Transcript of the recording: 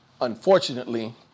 Unfortunately